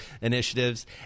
Initiatives